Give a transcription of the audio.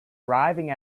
arriving